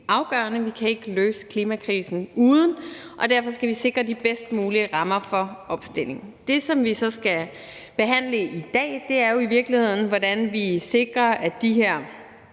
afgørende. Vi kan ikke løse klimakrisen uden, og derfor skal vi sikre de bedst mulige rammer for opstillingen. Det, som vi så skal behandle i dag, er jo i virkeligheden, hvordan vi sikrer, at vi kan